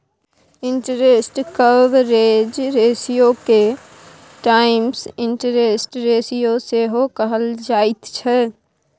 interest coverage रेशियोके times interest ratio सेहो कहल जाइत छै